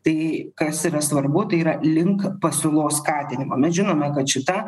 tai kas yra svarbu tai yra link pasiūlos skatinimo mes žinome kad šita